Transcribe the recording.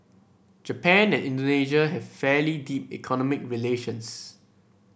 Japan and Indonesia have fairly deep economic relations